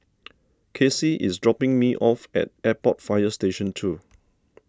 Kacy is dropping me off at Airport Fire Station two